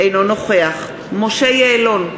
אינו נוכח משה יעלון,